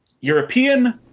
European